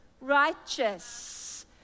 Righteous